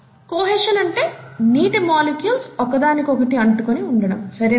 cohesion అంటే నీటి molecules ఒకదానికొకటి అంటుకుని ఉండటం సరేనా